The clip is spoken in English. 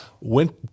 went